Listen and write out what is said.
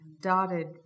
dotted